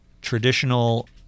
traditional